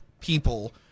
people